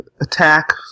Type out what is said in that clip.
attack